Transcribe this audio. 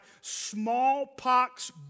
smallpox